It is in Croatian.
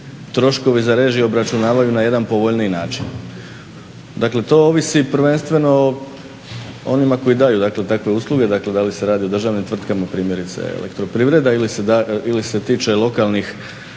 troškovi za režije obračunavaju na jedan povoljniji način. Dakle, to ovisi prvenstveno o onima koji daju, dakle takve usluge. Dakle, da li se radi o državnim tvrtkama primjerice Elektroprivreda ili se tiče lokalnih